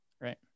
Right